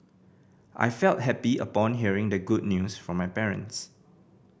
I felt happy upon hearing the good news from my parents